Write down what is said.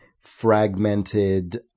fragmented